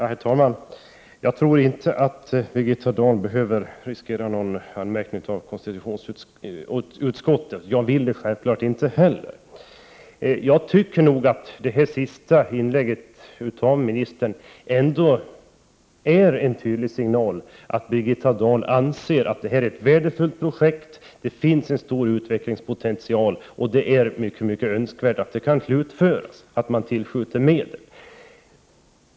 Herr talman! Jag tror inte att Birgitta Dahl behöver riskera någon anmärkning från konstitutionsutskottet, och jag önskar självfallet inte heller att hon skall få en sådan. Jag tycker ändå att det senaste inlägget från statsrådet är en tydlig signal att Birgitta Dahl anser att det är fråga om ett värdefullt projekt med en stor utvecklingspotential, att det är mycket önskvärt att det kan slutföras och att medel för detta tillskjuts.